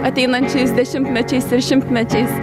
ateinančiais dešimtmečiais ir šimtmetis